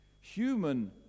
Human